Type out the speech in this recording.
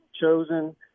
chosen